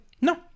no